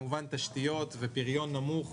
תשתיות ופריון נמוך,